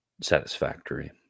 satisfactory